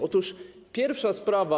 Otóż pierwsza sprawa.